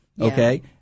okay